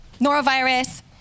norovirus